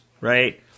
right